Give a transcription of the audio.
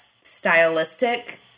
stylistic